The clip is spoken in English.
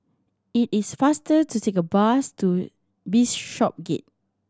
it is faster to take the bus to Bishopsgate